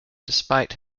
despite